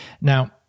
Now